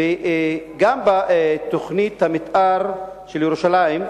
גם בתוכנית המיתאר של ירושלים,